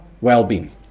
well-being